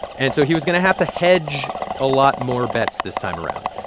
and so he was going to have to hedge a lot more bets this time around.